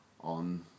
on